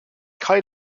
cai